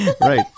Right